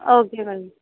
okay madam